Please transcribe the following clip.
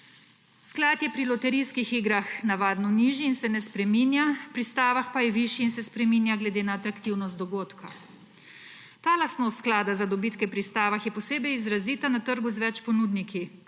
Sklad je pri loterijskih igrah navadno nižji in se ne spreminja, pri stavah pa je višji in se spreminja glede na atraktivnost dogodka. Ta lastnost sklada za dobitke pri stavah je posebej izrazita na trgu z več ponudniki,